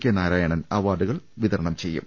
K Narayanan അവാർഡു കൾ വിതരണം ചെയ്യും